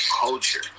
culture